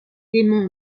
démons